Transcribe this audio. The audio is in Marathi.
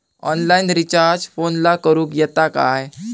ऑनलाइन रिचार्ज फोनला करूक येता काय?